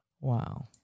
Wow